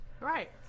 Right